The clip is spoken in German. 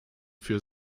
für